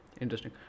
interesting